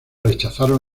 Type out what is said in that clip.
rechazaron